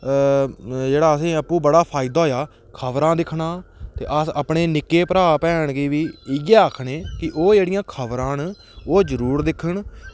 अ जेह्ड़ा असेंगी आपूं जेह्ड़ा फायदा होआ खबरां दिक्खना ते अस अपने निक्के भैन भ्राएं गी बी इयै आक्खने कि ओह् जेह्ड़ियां खबरां न ओह् जरूर दिक्खन